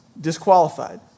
disqualified